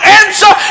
answer